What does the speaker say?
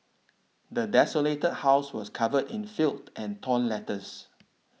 the desolated house was covered in filth and torn letters